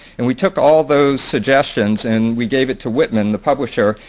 and we took all those suggestions and we gave it to whitman, the publisher,